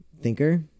thinker